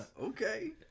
Okay